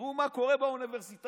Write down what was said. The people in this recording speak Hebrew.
תראו מה קורה באוניברסיטאות.